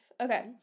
Okay